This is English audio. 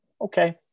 okay